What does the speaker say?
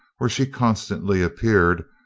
where she constantly appeared,